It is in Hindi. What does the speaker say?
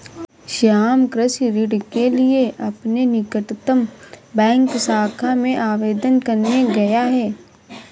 श्याम कृषि ऋण के लिए अपने निकटतम बैंक शाखा में आवेदन करने गया है